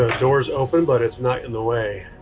ah door's open, but it's not in the way.